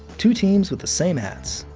two teams with the same hats.